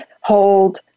hold